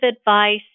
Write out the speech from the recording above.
advice